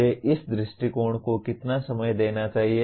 मुझे इस दृष्टिकोण को कितना समय देना चाहिए